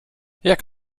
jak